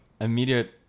immediate